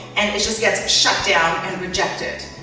and it just gets shut down, and rejected.